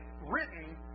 written